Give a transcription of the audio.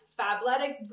Fabletics